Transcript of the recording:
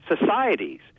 societies